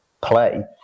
play